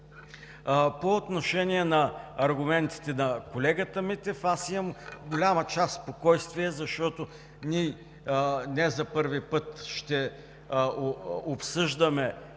По отношение аргументите на колегата Митев, имам в голяма част спокойствие, защото ние не за първи път ще обсъждаме